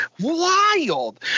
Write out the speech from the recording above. Wild